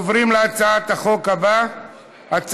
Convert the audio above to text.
עוברים להצעת החוק הבאה,